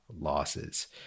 losses